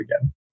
again